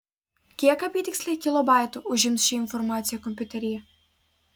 kiek apytiksliai kilobaitų užims ši informacija kompiuteryje